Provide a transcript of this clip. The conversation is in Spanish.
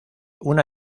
una